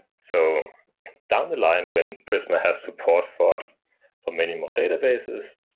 so down the line, when prisma has support for for many more databases,